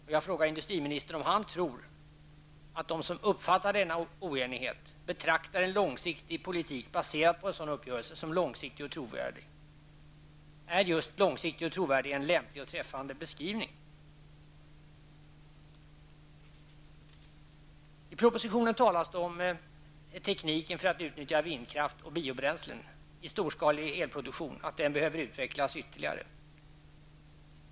Jag vill fråga industriministern om han tror att de som uppfattar denna oenighet betraktar en långsiktig politik baserad på en sådan uppgörelse som långsiktig och trovärdig. Är långsiktig och trovärdig en lämplig och träffande beskrivning? I propositionen talas det om att tekniken för att utnyttja vindkraft och biobränslen i storskalig elproduktion behöver utvecklas ytterligare.